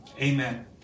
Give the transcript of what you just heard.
amen